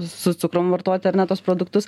su cukrum vartoti ar ne tuos produktus